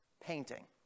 painting